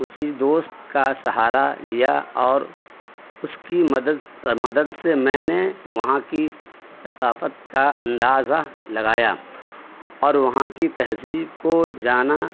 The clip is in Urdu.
اسی دوست کا سہارا لیا اور اس کی مدد مدد سے میں نے وہاں کی ثقافت کا اندازہ لگایا اور وہاں کی تہذیب کو جانا